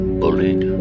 bullied